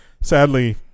sadly